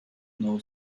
know